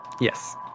Yes